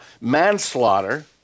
manslaughter